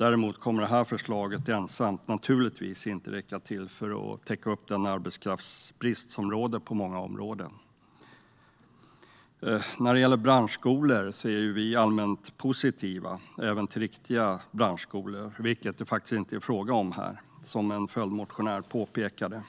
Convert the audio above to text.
Men givetvis kommer detta förslag inte ensamt att räcka till för att täcka upp den arbetskraftsbrist som råder på många områden. Vi är allmänt positiva till branschskolor - även till riktiga branschskolor, som det faktiskt inte är fråga om här, vilket påpekades i en följdmotion.